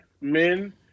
men